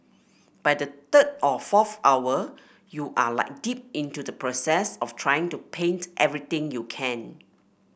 by the third or fourth hour you are like deep into the process of trying to paint everything you can